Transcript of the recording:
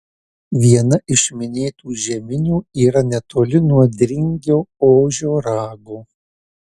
viena iš minėtų žeminių yra netoli nuo dringio ožio rago